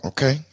Okay